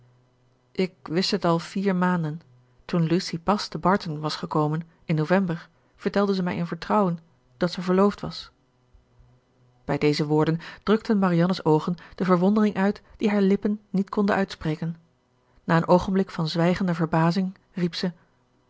ik wist het al vier maanden toen lucy pas te barton was gekomen in november vertelde ze mij in vertrouwen dat ze verloofd was bij deze woorden drukten marianne's oogen de verwondering uit die haar lippen niet konden uitspreken na een oogenblik van zwijgende verbazing